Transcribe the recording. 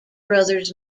brothers